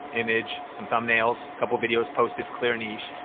image, some thumbnails, couple videos posted, clear niche,